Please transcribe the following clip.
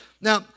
Now